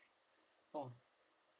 oh